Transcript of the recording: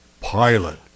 pilot